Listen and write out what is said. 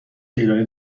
ایرانی